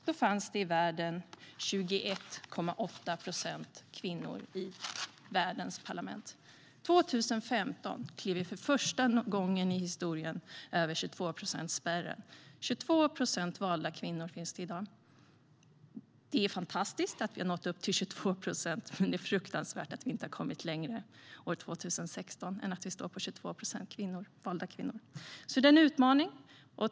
Då fanns det i världen 21,8 procent kvinnor i världens parlament. År 2015 klev vi för första gången i historien över 22-procentsgränsen. Det finns i dag 22 procent valda kvinnor. Det är fantastiskt att vi har nått upp till 22 procent, men det är fruktansvärt att vi inte har kommit längre år 2016 än att vi har 22 procent valda kvinnor. Det är en utmaning.